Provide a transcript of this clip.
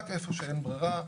רק איפה שאין ברירה.